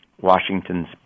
Washington's